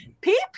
Peep